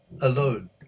alone